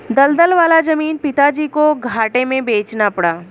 दलदल वाला जमीन पिताजी को घाटे में बेचना पड़ा